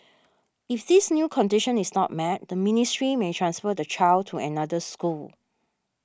if this new condition is not met the ministry may transfer the child to another school